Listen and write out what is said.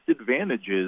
advantages